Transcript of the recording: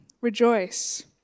Rejoice